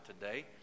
today